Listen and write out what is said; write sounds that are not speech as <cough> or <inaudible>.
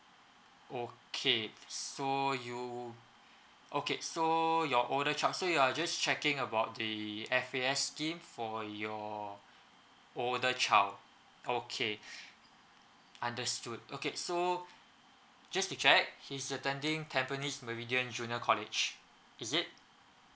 okay so you okay so your older child so you are just checking about the F_A_S scheme for your older child okay <breath> understood okay so just to check he's attending tampines meridian junior college is it